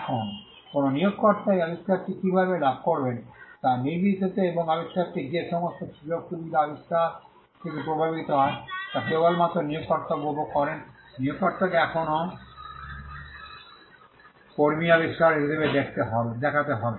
এখন কোনও নিয়োগকর্তা এই আবিষ্কারটি কীভাবে লাভ করবেন তা নির্বিশেষে এবং আবিষ্কারটি যে সমস্ত সুযোগসুবিধা আবিষ্কার থেকে প্রবাহিত হয় তা কেবলমাত্র নিয়োগকর্তা উপভোগ করবেন নিয়োগকর্তাকে এখনও কর্মী আবিষ্কারক হিসাবে দেখাতে হবে